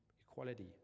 equality